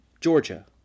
Georgia